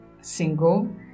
single